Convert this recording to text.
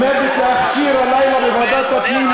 עומדת להכשיר בוועדת הפנים,